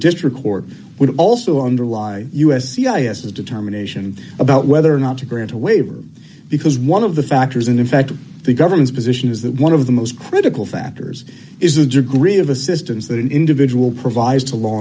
district court would also underlie u s c i s his determination about whether or not to grant a waiver because one of the factors and in fact the government's position is that one of the most critical factors is the degree of assistance that an individual provides to law